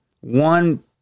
One